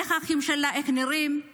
איך נראים האחים שלה?